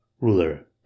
Ruler